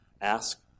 Ask